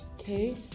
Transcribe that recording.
Okay